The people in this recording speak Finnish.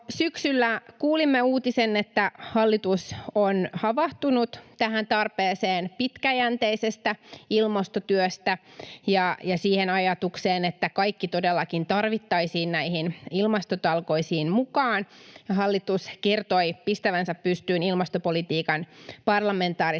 syksyllä kuulimme uutisen, että hallitus on havahtunut tähän tarpeeseen pitkäjänteisestä ilmastotyöstä ja siihen ajatukseen, että kaikki todellakin tarvittaisiin näihin ilmastotalkoisiin mukaan, kun hallitus kertoi pistävänsä pystyyn ilmastopolitiikan parlamentaarisen